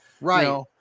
Right